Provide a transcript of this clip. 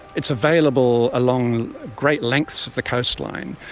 it's available along great lengths of the coastline.